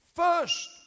First